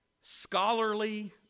scholarly